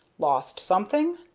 lost something?